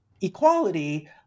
equality